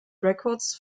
records